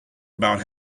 about